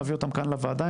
נביא אותן כאן לוועדה,